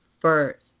First